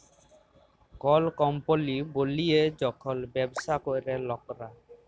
call কম্পলি বলিয়ে যখল ব্যবসা ক্যরে লকরা